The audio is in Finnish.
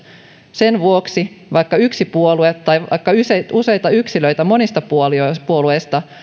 sen vuoksi vaikka yksi puolue tai vaikka useita useita yksilöitä monista puolueista puolueista